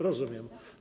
Rozumiem.